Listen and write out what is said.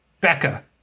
Becca